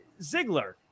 Ziggler